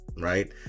right